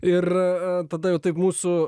ir tada jau taip mūsų